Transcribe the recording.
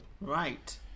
Right